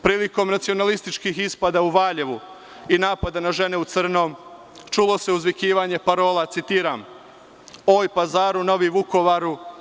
Prilikom nacionalističkih ispada u Valjevu i napada na „Žene u crnom“, čulo se uzvikivanje parola, citiram: „Oj Pazaru, novi Vukovaru!